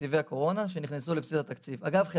אנחנו לא משלמים מיסים, לא